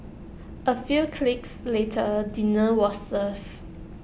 A few clicks later dinner was served